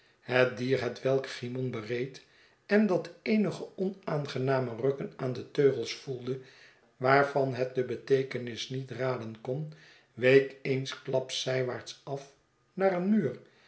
het dier hetwelk cymon bereed en dat eenige onaangename rukken aan de teugels voelde waarvan het de beteekenis niet raden kon week een sk laps zijwaarts af naar een muur